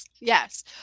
Yes